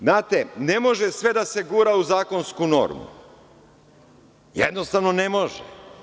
Znate, ne može sve da se gura u zakonsku normu, jednostavno, ne može.